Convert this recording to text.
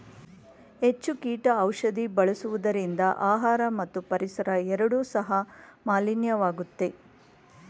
ಹೆಚ್ಚು ಕೀಟ ಔಷಧಿ ಬಳಸುವುದರಿಂದ ಆಹಾರ ಮತ್ತು ಪರಿಸರ ಎರಡು ಸಹ ಮಾಲಿನ್ಯವಾಗುತ್ತೆ